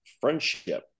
friendship